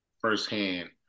firsthand